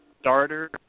starter